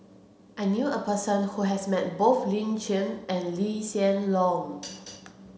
I knew a person who has met both Lin Chen and Lee Hsien Loong